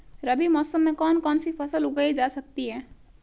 रबी मौसम में कौन कौनसी फसल उगाई जा सकती है?